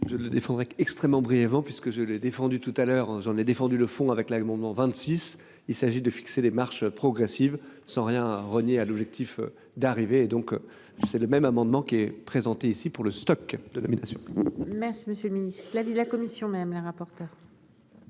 Je le défendrai extrêmement brièvement puisque je l'ai défendu tout à l'heure j'en ai défendu le font avec l'abondement 26 il s'agit de fixer des marches progressive sans rien renier à l'objectif d'arriver donc c'est le même amendement qui est présenté ici pour le stock de domination. Merci Monsieur le Ministre, l'avis de la commission, madame la rapporteure.